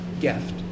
gift